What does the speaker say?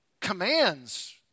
commands